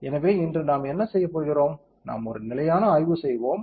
எனவே இன்று நாம் என்ன செய்யப் போகிறோம் நாம் ஒரு நிலையான ஆய்வு செய்வோம்